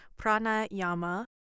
pranayama